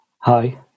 Hi